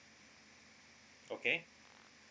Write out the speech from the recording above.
okay